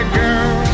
girl